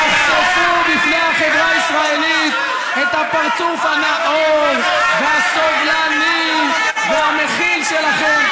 תחשפו בפני החברה הישראלית את הפרצוף הנאור והסובלני והמכיל שלכם.